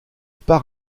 part